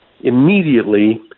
immediately